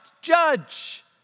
judge